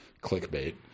clickbait